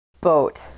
Boat